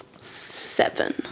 seven